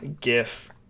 GIF